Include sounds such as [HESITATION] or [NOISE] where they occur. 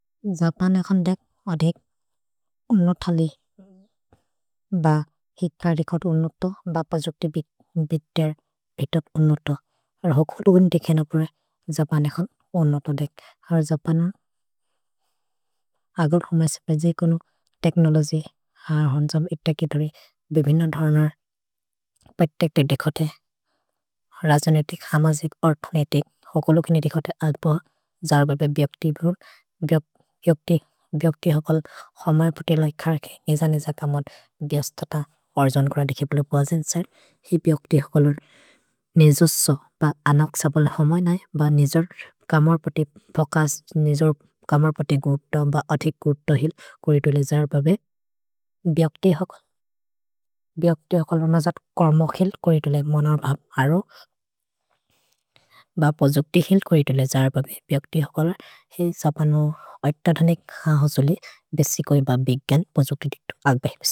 जपन् एखन् देक् अधेक् उन्नोथलि [HESITATION] ब हिकरि खत् उन्नोतो, ब पशुक्ति बितेर् बितत् उन्नोतो। हर् होकोद् उन् दिखेन प्रए जपन् एखन् उन्नोतो देक्। हर् जपन् [HESITATION] अगुर् हुमेस्पे जे इकोनु तेक्नोलोजि हर् होन्जम् इप्ते कितरि बिबिन धर्नर् पेक्तेक्ते देखते। रजोनेतिक्, हमजिक्, अर्थोनेतिक्, होकोलु किने देखते अद्प जर् बबे बियोक्ति भुर्। [HESITATION] भियोक्ति होकोल् हमर् पति ल इखर्कि। ए जने जते अमर् गेस्त त अर्जन् कुर देखे बोलो। भजन्सर् हि बियोक्ति होकोलोर् निजुसो ब अनक्सबल् हमर् नै ब निजोर् कमर् पति बकस् निजोर् कमर् पति गुप्त ब अतिक् गुप्त हिल् करितुले जर् बबे बियोक्ति होकोल्। भियोक्ति [HESITATION] होकोलोर् न जते कर्मक् हिल् करितुले मन ब अरो। भ पशुक्ति हिल् करितुले जर् बबे बियोक्ति होकोलोर्। हि सपनु एक्त धनिक् ह होजो लि बेसि कोइ ब बिग्यन् पशुक्ति दितो। अल्प् बेहिबिस्।